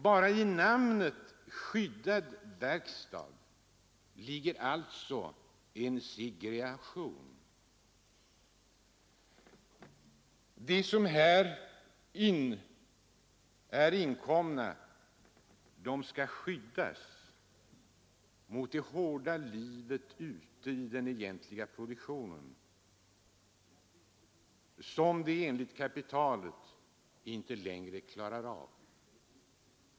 Bara i namnet ”skyddad verkstad” ligger alltså en segregation. De som här är placerade skall ”skyddas” mot det hårda livet ute i den egentliga produktionen, som de enligt kapitalet inte längre klarar av.